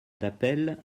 d’appel